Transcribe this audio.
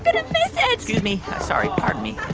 but miss it excuse me. sorry. pardon me.